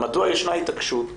מדוע ישנה התעקשות,